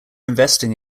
investing